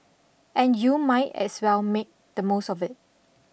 and you might as well make the most of it